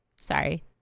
Sorry